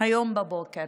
היום בבוקר.